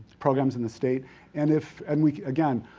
programs in the state and if, and we again,